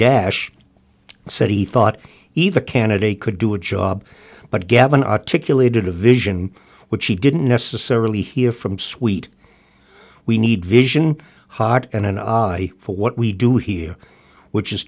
dash said he thought either candidate could do a job but gavin articulated a vision which he didn't necessarily hear from sweet we need vision heart and an eye for what we do here which is